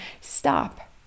stop